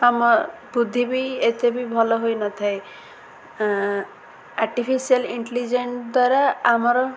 ଆମ ବୁଦ୍ଧି ବି ଏତେ ବି ଭଲ ହୋଇନଥାଏ ଆର୍ଟିଫିସିଆଲ ଇଣ୍ଟେଲିଜେନ୍ସ ଦ୍ୱାରା ଆମର